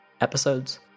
episodes